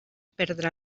perdre